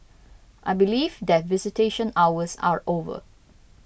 I believe that visitation hours are over